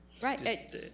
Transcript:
Right